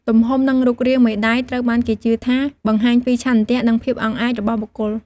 ទំហំ និងរូបរាងមេដៃ ត្រូវបានគេជឿថាបង្ហាញពីឆន្ទៈ និងភាពអង់អាចរបស់បុគ្គល។